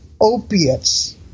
opiates